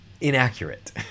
inaccurate